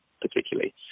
particularly